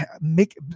make